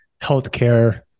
healthcare